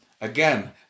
Again